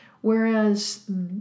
whereas